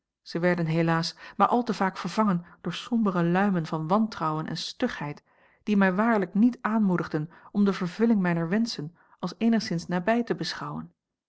ze werden helaas maar al te vaak vervangen door sombere luimen van wantrouwen en stugheid die mij waarlijk niet aanmoedigden om de vervulling mijner wenschen als eenigszins nabij te beschouwen